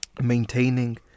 maintaining